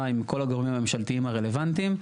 עם כל הגורמים הממשלתיים הרלוונטיים.